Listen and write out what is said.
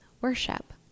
Worship